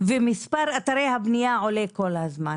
ומספר אתרי הבנייה עולה כל הזמן,